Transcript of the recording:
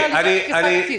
בדרך כלל, יש פתיחת תיק.